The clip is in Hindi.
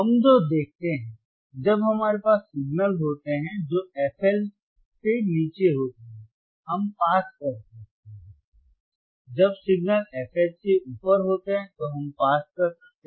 तो हम जो देखते हैं जब हमारे पास सिग्नल होते हैं जो fL से नीचे होते हैं हम पास कर सकते हैं जब सिग्नल fH से ऊपर होते हैं तो हम पास कर सकते हैं